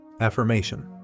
Affirmation